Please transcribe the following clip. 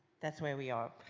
that's where we are.